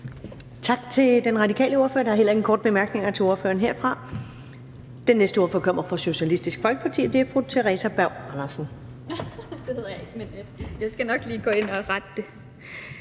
Tak til den radikale ordfører. Der er heller ingen korte bemærkninger til ordføreren her. Den næste ordfører kommer fra Socialistisk Folkeparti, og det er fru Theresa Berg Andersen (Ina Strøjer-Schmidt (SF): Det hedder jeg ikke, men jeg skal nok gå ind og rette det.